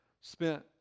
spent